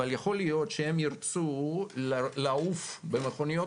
אבל יכול להיות שהם ירצו לעוף במכוניות